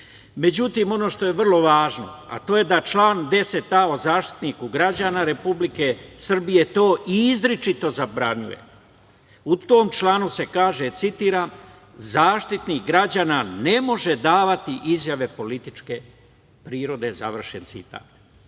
Srbije.Međutim, ono što je vrlo važno, a to je da član 10a. o Zaštitniku građana Republike Srbije to izričito zabranjuje. U tom članu se kaže: "Zaštitnik građana ne može davati izjave političke prirode".Kada je u pitanju